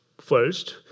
First